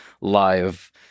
live